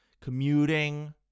commuting